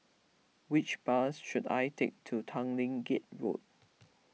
which bus should I take to Tanglin Gate Road